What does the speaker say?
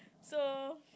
so